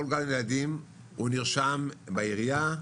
כל גן ילדים הוא נרשם בעירייה.